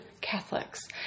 Catholics